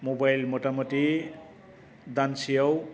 mobile मथा मथि दानसेयाव